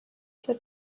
that